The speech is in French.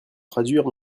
traduire